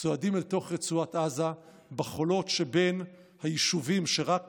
צועדים אל תוך רצועת עזה בחולות שבין היישובים שרק